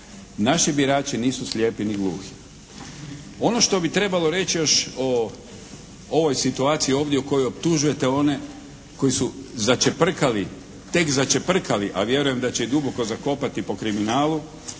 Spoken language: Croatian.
Naši birači nisu slijepi ni gluhi. Ono što bi trebalo reći još o ovoj situaciji ovdje u kojoj optužujete one koji si začeprkali, te začeprkali, a vjerujem da će i duboko zakopati po kriminalu